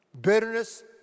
Bitterness